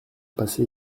passé